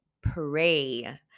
pray